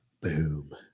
Boom